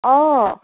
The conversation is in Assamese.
অঁ